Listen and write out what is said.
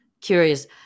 curious